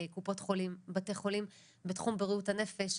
קופות חולים, בתי חולים בתחום בריאות הנפש.